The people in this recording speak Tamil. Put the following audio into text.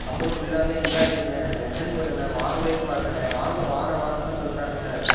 அப்புறம் ஃபுல்லாகவே இதாகிட்டுண்ணா ரிட்டர்ன் போட்டேண்ணா வாங்குறதுக்கும் வரலண்ணா வாங்க வரேன் வரேன்னுதான் சொல்கிறாங்க